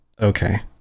Okay